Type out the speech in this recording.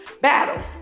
Battle